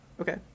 Okay